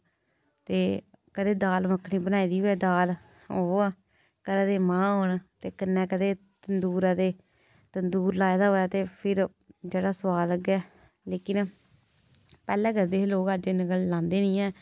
ते खरै दाल मक्खनी बनाई दी होऐ दाल मांह् होन ते कन्नै कदें तंदूरै दे तंदूर लाए दा होए ते भी जेह्ड़ा सोआद लग्गै लेकिन पैह्ले करदे हे लोक अज्ज कल करदे निं ऐ